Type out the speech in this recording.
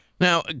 Now